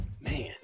Man